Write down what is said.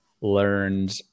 learned